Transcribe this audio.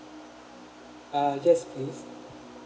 uh yes please